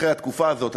אחרי התקופה הזאת,